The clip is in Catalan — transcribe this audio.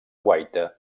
guaita